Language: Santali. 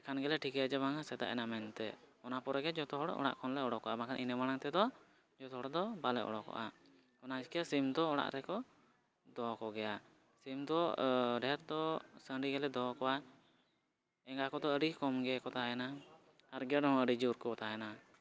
ᱮᱱᱠᱷᱟᱱ ᱜᱮᱞᱮ ᱴᱷᱤᱠᱟᱹᱭᱟ ᱡᱮ ᱵᱟᱝᱟ ᱥᱮᱛᱟᱜ ᱮᱱᱟ ᱢᱮᱱᱛᱮ ᱚᱱᱟ ᱯᱚᱨᱮ ᱜᱮ ᱡᱚᱛᱚ ᱦᱚᱲ ᱚᱲᱟᱜ ᱠᱷᱚᱱᱞᱮ ᱩᱰᱩᱠᱚᱜᱼᱟ ᱵᱟᱠᱷᱟᱱ ᱤᱱᱟᱹ ᱢᱟᱲᱟᱝ ᱛᱮᱫᱚ ᱡᱚᱛᱚ ᱦᱚᱲ ᱫᱚ ᱵᱟᱞᱮ ᱩᱰᱩᱠᱚᱜᱼᱟ ᱚᱱᱟ ᱠᱷᱟᱹᱛᱤᱨ ᱥᱤᱢ ᱫᱚ ᱚᱲᱟᱜ ᱨᱮᱠᱚ ᱫᱚᱦᱚ ᱠᱚᱜᱮᱭᱟ ᱥᱤᱢ ᱫᱚ ᱰᱷᱮᱨ ᱫᱚ ᱥᱟᱹᱰᱤ ᱜᱮᱞᱮ ᱫᱚᱦᱚ ᱠᱚᱣᱟ ᱮᱸᱜᱟ ᱠᱚᱫᱚ ᱟᱹᱰᱤ ᱠᱚᱢ ᱜᱮᱠᱚ ᱛᱟᱦᱮᱱᱟ ᱟᱨ ᱜᱮᱰᱮ ᱦᱚᱸ ᱟᱹᱰᱤ ᱡᱳᱨ ᱠᱚ ᱛᱟᱦᱮᱱᱟ